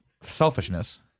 selfishness